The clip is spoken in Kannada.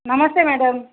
ನಮಸ್ತೆ ಮೇಡಮ್